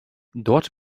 dort